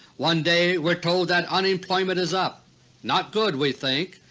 one day we're told that unemployment is up not good, we think,